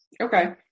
Okay